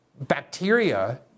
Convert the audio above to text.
bacteria